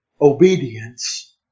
obedience